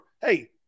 Hey